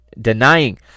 denying